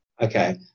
okay